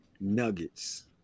nuggets